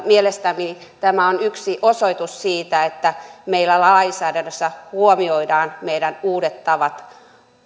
mielestäni tämä on yksi osoitus siitä että meillä lainsäädännössä huomioidaan meidän uudet tavat